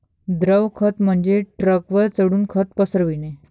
द्रव खत म्हणजे ट्रकवर चढून खत पसरविणे